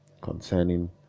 Concerning